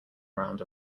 around